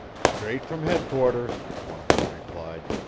straight from headquarters, one of them replied.